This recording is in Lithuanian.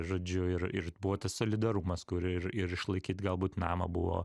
žodžiu ir ir buvo tas solidarumas kur ir ir išlaikyt galbūt namą buvo